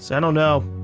and know.